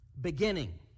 beginning